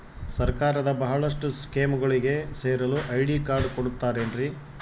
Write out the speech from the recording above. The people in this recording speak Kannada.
ಸರ್ಕಾರದ ಬಹಳಷ್ಟು ಸ್ಕೇಮುಗಳಿಗೆ ಸೇರಲು ಐ.ಡಿ ಕಾರ್ಡ್ ಕೊಡುತ್ತಾರೇನ್ರಿ?